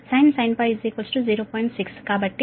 6 sin 0